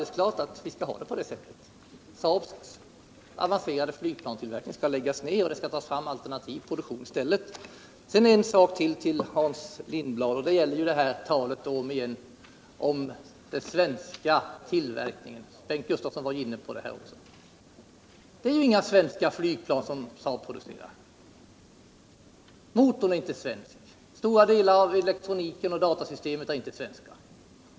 Saab:s avancerade flygplanstillverkning skall läggas ned och det skall tas fram alternativ produktion i stället. En annan sak till Hans Lindblad som gäller talet om den svenska tillverkningen, som Bengt Gustavsson också var inne på: Det är inga svenska flygplan som Saab producerar. Motorn är inte svensk, stora delar av elektroniken och datasystemet är inte svenska.